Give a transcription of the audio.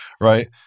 right